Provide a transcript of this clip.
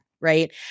right